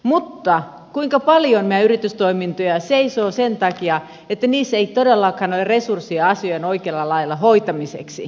mutta kuinka paljon meidän yritystoimintojamme seisoo sen takia että niissä ei todellakaan ole resursseja asioiden oikealla lailla hoitamiseksi